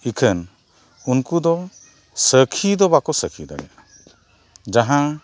ᱮᱱᱠᱷᱟᱱ ᱩᱱᱠᱩ ᱫᱚ ᱥᱟᱹᱠᱷᱤ ᱫᱚ ᱵᱟᱠᱚ ᱥᱟᱹᱠᱷᱤ ᱫᱟᱲᱮᱭᱟᱜᱼᱟ ᱡᱟᱦᱟᱸ